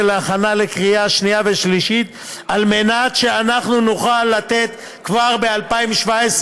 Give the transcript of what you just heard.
לקריאה שנייה ושלישית על מנת שאנחנו נוכל לתת כבר ב-2017,